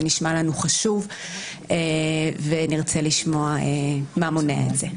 זה נשמע לנו חשוב ונרצה לשמוע מה מונע את זה.